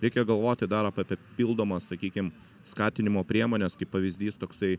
reikia galvoti dar apie papildomą sakykim skatinimo priemones kaip pavyzdys toksai